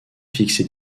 fixé